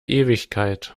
ewigkeit